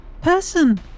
person